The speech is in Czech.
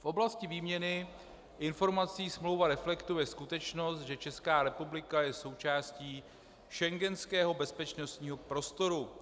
V oblasti výměny informací smlouva reflektuje skutečnost, že Česká republika je součástí schengenského bezpečnostního prostoru.